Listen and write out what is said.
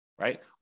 right